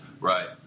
Right